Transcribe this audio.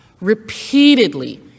repeatedly